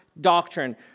doctrine